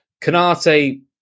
Canate